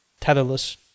tetherless